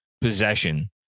possession